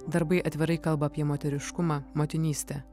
darbai atvirai kalba apie moteriškumą motinystę